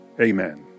amen